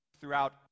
throughout